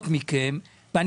מכם.